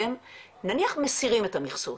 נניח מסירים את המכסות,